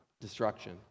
destruction